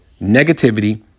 negativity